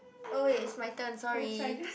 oh wait it's my turn sorry